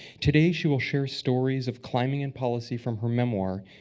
today, she will share stories of climbing and policy from her memoir,